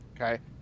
Okay